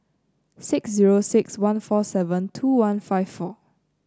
six zero six one four seven two one five four